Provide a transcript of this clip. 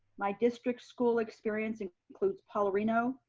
my district school experience and includes paularino,